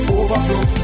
overflow